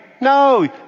No